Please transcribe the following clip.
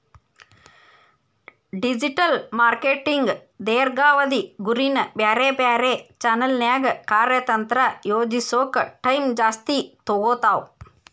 digital marketing ದೇರ್ಘಾವಧಿ ಗುರಿನ ಬ್ಯಾರೆ ಬ್ಯಾರೆ ಚಾನೆಲ್ನ್ಯಾಗ ಕಾರ್ಯತಂತ್ರ ಯೋಜಿಸೋಕ ಟೈಮ್ ಜಾಸ್ತಿ ತೊಗೊತಾವ